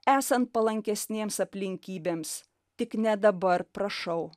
esant palankesnėms aplinkybėms tik ne dabar prašau